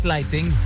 Lighting